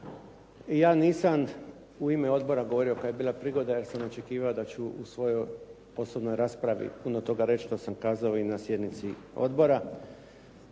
Ja nisam u ime odbora govorio kad je bila prigoda jer sam očekivao da ću u svojoj posebnoj raspravi puno toga reći što sam kazao i na sjednici odbora.